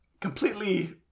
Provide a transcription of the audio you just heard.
completely